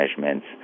measurements